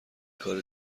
کار